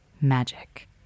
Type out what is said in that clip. magic